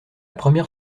première